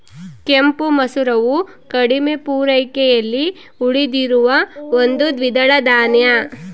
ಕೆಂಪು ಮಸೂರವು ಕಡಿಮೆ ಪೂರೈಕೆಯಲ್ಲಿ ಉಳಿದಿರುವ ಒಂದು ದ್ವಿದಳ ಧಾನ್ಯ